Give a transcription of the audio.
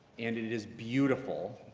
and it is beautiful,